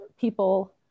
people